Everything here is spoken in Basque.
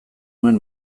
nuen